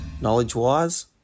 Knowledge-wise